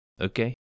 Okay